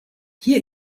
hier